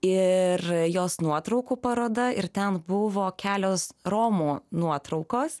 ir jos nuotraukų paroda ir ten buvo kelios romų nuotraukos